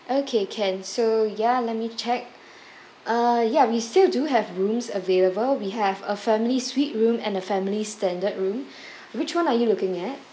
okay can so ya let me check uh ya we still do have rooms available we have a family suite room and a family standard room which one are you looking at